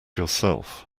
yourself